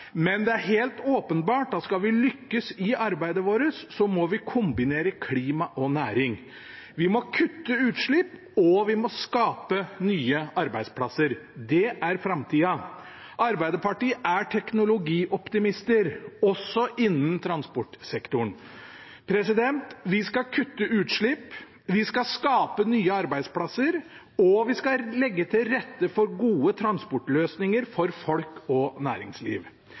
men det er helt åpenbart at skal vi lykkes i arbeidet vårt, må vi kombinere klima og næring. Vi må kutte utslipp, og vi må skape nye arbeidsplasser. Det er framtida. Arbeiderpartiet er teknologioptimister, også innen transportsektoren. Vi skal kutte utslipp, vi skal skape nye arbeidsplasser, og vi skal legge til rette for gode transportløsninger for folk og næringsliv.